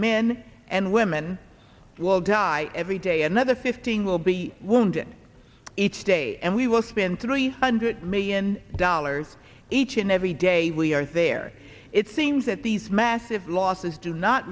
men and women will die every day another fifteen will be wounded each day and we will spend three hundred million dollars each and every day we are there it seems that these massive losses do not